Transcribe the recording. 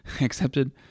accepted